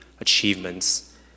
achievements